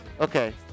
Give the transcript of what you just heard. Okay